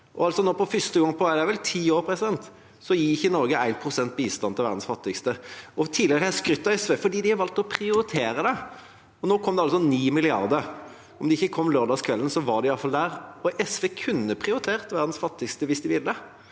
For første gang på ti år, er det vel, gir ikke Norge 1 pst. i bistand til verdens fattigste. Tidligere har jeg skrytt av SV fordi de har valgt å prioritere det. Nå kom det altså 9 mrd. kr. Om de ikke kom lørdagskvelden, var de i hvert fall der. SV kunne prioritert verdens fattigste hvis de ville,